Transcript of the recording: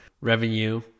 revenue